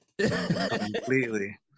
Completely